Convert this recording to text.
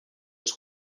its